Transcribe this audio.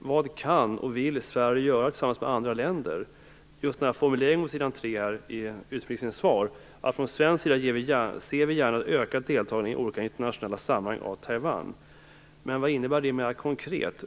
Vad kan och vill Sverige göra tillsammans med andra länder? En formulering i utrikesministerns svar var: "Från svensk sida ser vi gärna ett ökat deltagande i olika internationella sammanhang av Taiwan." Vad innebär det mera konkret?